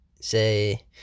say